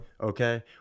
Okay